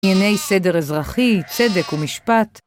ענייני סדר אזרחי, צדק ומשפט.